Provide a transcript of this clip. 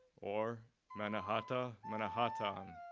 or mannahatta, mannahattan,